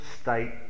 state